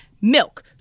milk